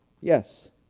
Yes